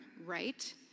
right